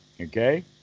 Okay